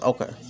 Okay